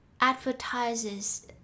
advertises